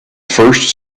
first